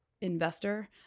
investor